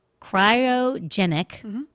cryogenic